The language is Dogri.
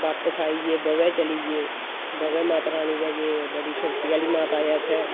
बापस आइये बावै चली गे बाह्वै माता रानी दे गे बड़ी शक्ति आह्ली माता ऐ उत्थै